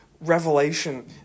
revelation